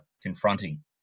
confronting